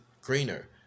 Greener